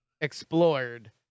explored